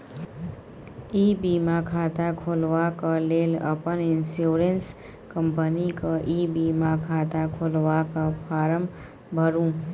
इ बीमा खाता खोलबाक लेल अपन इन्स्योरेन्स कंपनीक ई बीमा खाता खोलबाक फार्म भरु